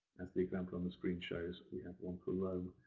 as the example on the screen shows, we have one from rome.